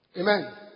Amen